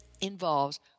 involves